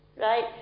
right